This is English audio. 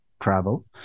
travel